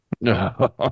No